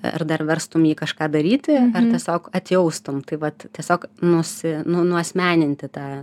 ar dar verstum jį kažką daryti ar tiesiog atėjaustum tai vat tiesiog nusi nuasmeninti tą